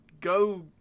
go